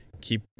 keep